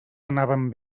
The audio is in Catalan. anaven